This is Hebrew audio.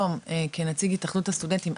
כנציג התאחדות הסטודנטים,